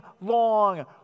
long